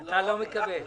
הוא מקבל.